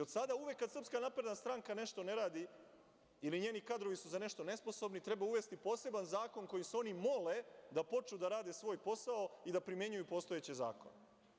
Od sada uvek, kada SNS nešto ne radi ili su njeni kadrovi za nešto nesposobni, treba uvesti poseban zakon kojim se oni mole da počnu da rade svoj posao i da primenjuju svoje zakone.